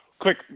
Quick